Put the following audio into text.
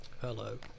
Hello